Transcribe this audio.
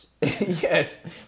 Yes